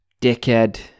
dickhead